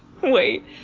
wait